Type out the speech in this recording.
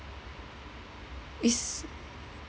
is